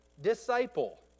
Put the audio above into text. disciple